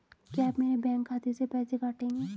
क्या आप मेरे बैंक खाते से पैसे काटेंगे?